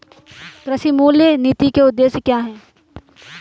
कृषि मूल्य नीति के उद्देश्य क्या है?